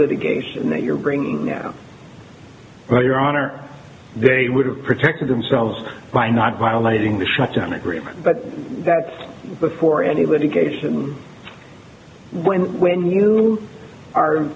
litigation that you're bringing now well your honor they would have protected themselves by not violating the shutdown agreement but that's before any litigation when when you are